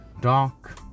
dark